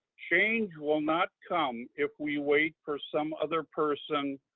change will not come if we wait for some other person,